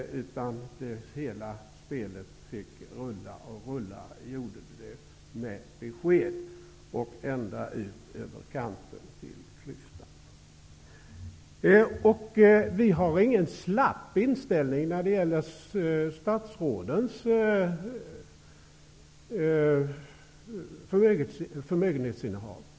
Hela spelet fick rulla på, och det gjorde det med besked, ända ut över kanten av klyftan. Vi har ingen slapp inställning när det gäller statsrådens förmögenhetsinnehav.